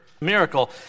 miracle